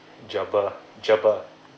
Gerber Gerber